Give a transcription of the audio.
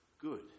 good